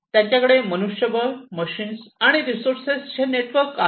त्यांच्याकडे मनुष्यबळ मशीन्स आणि रिसोर्सेसचे नेटवर्क आहे